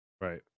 Right